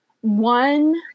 one